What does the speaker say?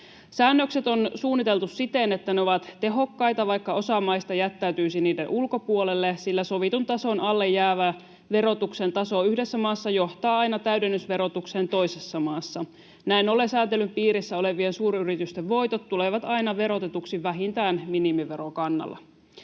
Säännökset on suunniteltu siten, että ne ovat tehokkaita, vaikka osa maista jättäytyisi niiden ulkopuolelle, sillä sovitun tason alle jäävä verotuksen taso yhdessä maassa johtaa aina täydennysverotukseen toisessa maassa. Näin ollen sääntelyn piirissä olevien suuryritysten voitot tulevat aina verotetuiksi vähintään minimiverokannalla.